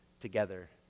together